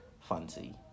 fancy